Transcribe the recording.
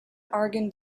argon